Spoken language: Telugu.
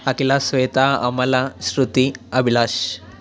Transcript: అఖిల శ్వేత అమల శృతి అభిలాష్